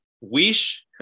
wish